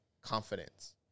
confidence